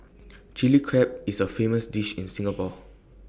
Chilli Crab is A famous dish in Singapore